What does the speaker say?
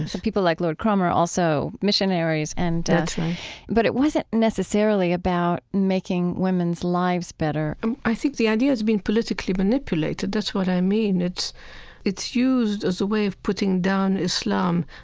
and so people like lord cromer, also missionaries and that's right but it wasn't necessarily about making women's lives better and i think the idea's been politically manipulated, that's what i mean. it's it's used as a way of putting down islam,